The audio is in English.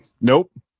Nope